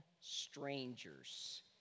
strangers